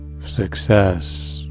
success